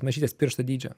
mažytės piršto dydžio